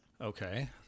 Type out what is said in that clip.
Okay